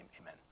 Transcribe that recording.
amen